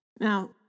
Now